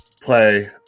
play